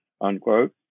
unquote